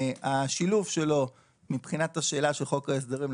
השילוב שלו מבחינת השאלה של חוק ההסדרים,